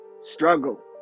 struggle